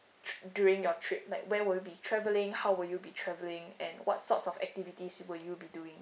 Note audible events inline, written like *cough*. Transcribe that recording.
*noise* during your trip like when will be travelling how will you be travelling and what sort of activities would you be doing